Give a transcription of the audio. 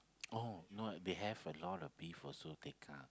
oh no they have a lot of beef also Tekka